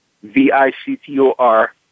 V-I-C-T-O-R